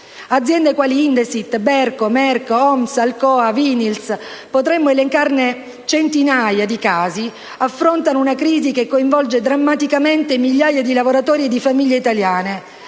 Aziende quali Indesit, Berco, Merck, Omsa, Alcoa, Vinyls (potremmo elencare centinaia di casi) affrontano una crisi che coinvolge drammaticamente migliaia di lavoratori e di famiglie italiane.